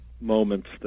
moments